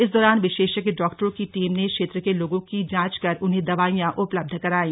इस दौरान विशेषज्ञ डॉक्टरों की टीम ने क्षेत्र के लोगो की जांच कर उन्हे दवाईयां उपलब्ध कराई